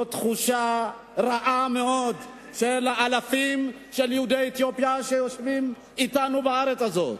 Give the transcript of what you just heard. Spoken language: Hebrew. זו תחושה רעה מאוד של אלפים של יהודי אתיופיה שיושבים אתנו בארץ הזאת.